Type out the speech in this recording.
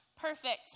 Perfect